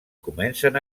comencen